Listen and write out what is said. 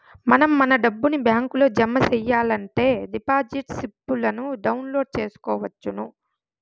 మనం మన డబ్బుని బ్యాంకులో జమ సెయ్యాలనుకుంటే డిపాజిట్ స్లిప్పులను డౌన్లోడ్ చేసుకొనవచ్చును